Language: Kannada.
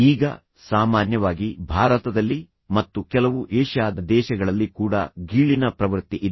ಈಗ ಸಾಮಾನ್ಯವಾಗಿ ಭಾರತದಲ್ಲಿ ಮತ್ತು ಕೆಲವು ಏಷ್ಯಾದ ದೇಶಗಳಲ್ಲಿ ಕೂಡ ಗೀಳಿನ ಪ್ರವೃತ್ತಿ ಇದೆ